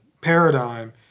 paradigm